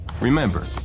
Remember